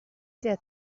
there